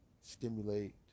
stimulate